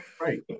Right